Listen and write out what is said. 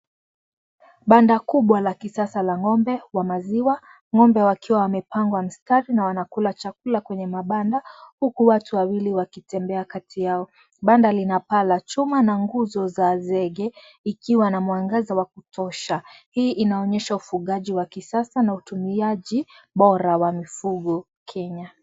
Banda kubwa la kisasa la ng'ombe wa maziwa. Ng'ombe wakiwa wamepangwa mstari na wanakula chakula kwenye mabanda, huku watu wawili wakitembea kati yao. Banda lina paa la chuma na nguzo za zege, ikiwa na mwangaza wa kutosha. Hii inaonyesha ufugaji wa kisasa na utumiaji bora wa mifugo, Kenya.